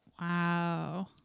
Wow